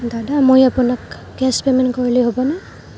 দাদা মই আপোনাক কেচ পেমেণ্ট কৰিলে হ'বনে